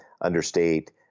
understate